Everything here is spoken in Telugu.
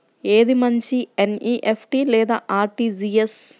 ఏది మంచి ఎన్.ఈ.ఎఫ్.టీ లేదా అర్.టీ.జీ.ఎస్?